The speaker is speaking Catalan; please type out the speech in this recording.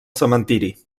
cementiri